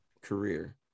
career